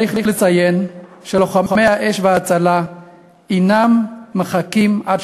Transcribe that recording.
צריך לציין שלוחמי האש וההצלה אינם מחכים עד